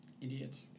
idiot